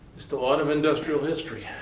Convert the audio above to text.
just a lot of industrial history.